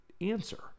answer